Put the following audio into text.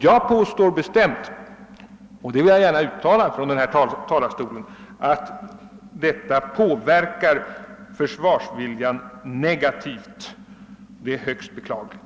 Jag påstår bestämt — och det vill jag gärna uttala från denna talarstol — att den påverkar försvarsviljan negativt, något som är högst beklagligt.